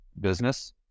business